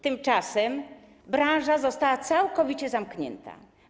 Tymczasem branża została całkowicie zamknięta.